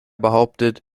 behauptet